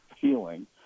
feeling